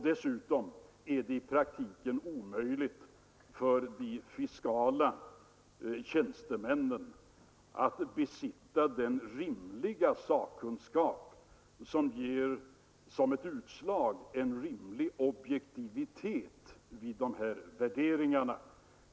Dessutom är det i praktiken omöjligt för de fiskala tjänstemännen att besitta den rimliga sakkunskap som ger en rimlig objektivitet vid sådana värderingar.